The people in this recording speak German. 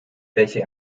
welche